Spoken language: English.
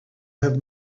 have